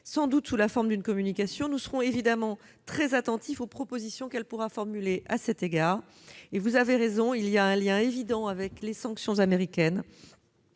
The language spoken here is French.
sans doute sous la forme d'une communication. Nous serons évidemment très attentifs aux propositions qu'elle pourra formuler à cet égard. Vous avez raison de le souligner, il y a un lien évident avec les sanctions américaines,